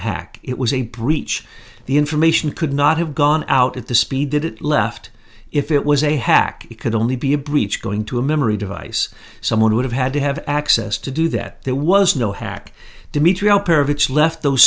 hack it was a breach the information could not have gone out at the speed that it left if it was a hack it could only be a breach going to a memory device someone would have had to have access to do that there was no hack dmitri alperovitch left those